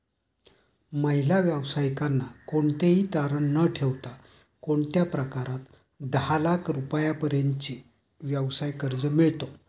महिला व्यावसायिकांना कोणतेही तारण न ठेवता कोणत्या प्रकारात दहा लाख रुपयांपर्यंतचे व्यवसाय कर्ज मिळतो?